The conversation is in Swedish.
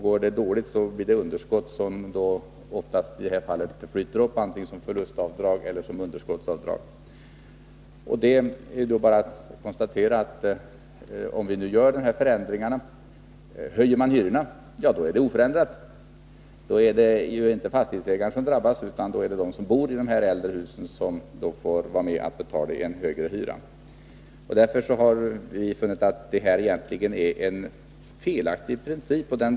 Går det dåligt blir det underskott som flyter upp som förlustavdrag eller underskottsavdrag. Det är då bara att konstatera att om man efter dessa förändringar höjer hyrorna, då är läget oförändrat. Då är det inte fastighetsägaren som drabbas, utan de som bor i de äldre husen som får en högre hyra. Därför har vi funnit att detta egentligen är en felaktig princip.